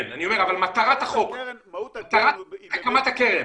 כן, אבל אני אומר שזו מטרת הקמת הקרן.